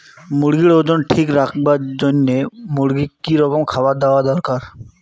মুরগির ওজন ঠিক রাখবার জইন্যে মূর্গিক কি রকম খাবার দেওয়া দরকার?